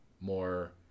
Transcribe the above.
more